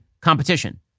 competition